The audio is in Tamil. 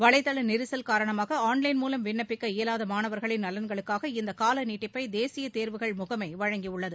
வலைதள நெரிசல் காரணமாக ஆன்லைன் மூலம் விண்ணப்பிக்க இயலாத மாணவர்களின் நலன்களுக்காக இந்த கால நீட்டிப்பை தேசிய தேர்வுகள் முகமை வழங்கியுள்ளது